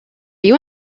you